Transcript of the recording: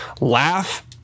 laugh